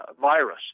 virus